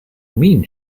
mean